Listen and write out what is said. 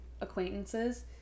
acquaintances